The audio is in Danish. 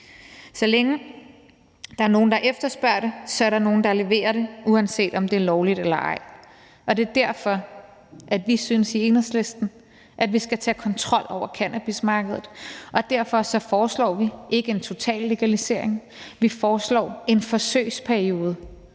Så længe der er nogen, der efterspørger det, er der nogen, der leverer det, uanset om det er lovligt eller ej. Det er derfor, at vi synes i Enhedslisten, at vi skal tage kontrol over cannabismarkedet. Og derfor foreslår vi ikke en total legalisering; vi foreslår en forsøgsperiode.